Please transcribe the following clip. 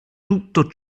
tutto